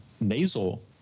nasal